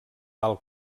alt